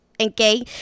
okay